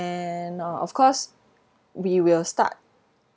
and uh of course we will start